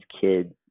kid